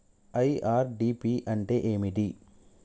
IRDP అంటే ఏమిటి?